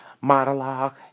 monologue